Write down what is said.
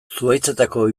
zuhaitzetako